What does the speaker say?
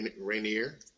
Rainier